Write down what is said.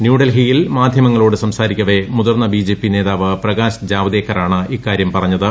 ന്യൂഡൽഹിയിൽ മാധ്യമങ്ങളോട് സംസാരിക്ക വെ മുതിർന്ന ബിജെപി നേതാവ് പ്രകാശ് ജാവദേക്കറാണ് ഇക്കാര്യം പറഞ്ഞത്